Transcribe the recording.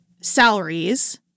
salaries